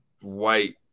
white